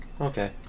Okay